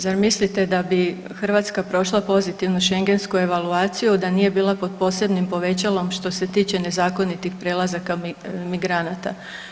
Zar mislite da bi Hrvatska prošla pozitivnu šengensku evaluaciju da nije bila pod posebnim povećalom što se tiče nezakonitih prelazaka migranata?